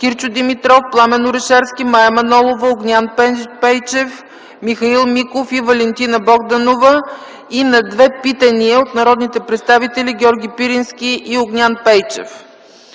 Кирчо Димитров, Пламен Орешарски, Мая Манолова, Огнян Пейчев, Михаил Миков и Валентина Богданова и на две питания от народните представители Георги Пирински и Огнян Пейчев.